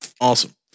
awesome